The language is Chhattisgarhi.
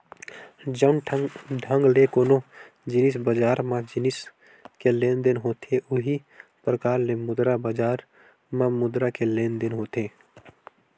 जउन ढंग ले कोनो जिनिस बजार म जिनिस के लेन देन होथे उहीं परकार ले मुद्रा बजार म मुद्रा के लेन देन होथे